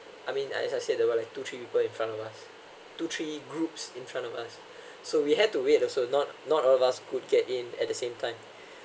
I mean I as I said there were like two three people in front of us two three groups in front of us so we had to wait also not not all of us could get in at the same time